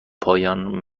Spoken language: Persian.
پایان